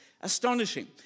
astonishing